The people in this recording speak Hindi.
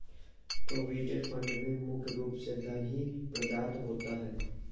प्रोविडेंट फंड में मुख्य रूप से धन ही प्रदत्त होता है